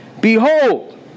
Behold